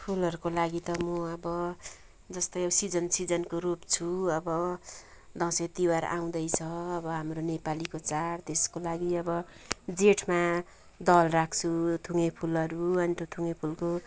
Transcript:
फुलहरूको लागि त म अब जस्तै अब सिजन सिजनको रोप्छु अब दसैँ तिहार आउँदैछ अब हाम्रो नेपालीको चाड त्यसको लागि अब जेठमा दल राख्छु थुङ्गे फुलहरू अन्त थुङ्गे फुलको